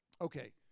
Okay